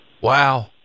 Wow